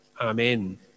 Amen